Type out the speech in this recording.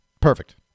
Perfect